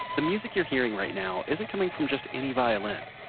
the music you are hearing right now isn't coming from just any violin.